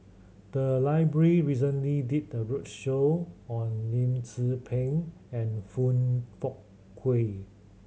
the library recently did a roadshow on Lim Tze Peng and Foong Fook Kay